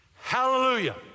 Hallelujah